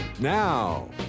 Now